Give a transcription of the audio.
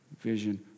vision